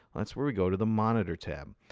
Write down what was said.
that's where we go to the monitor tab.